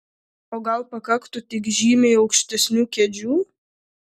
o gal pakaktų tik žymiai aukštesnių kėdžių